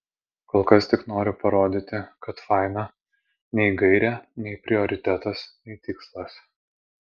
kol kas tik noriu parodyti kad faina nei gairė nei prioritetas nei tikslas